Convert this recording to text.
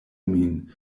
min